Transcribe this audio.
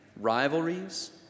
rivalries